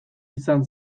izan